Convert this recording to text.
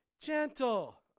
gentle